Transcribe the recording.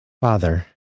Father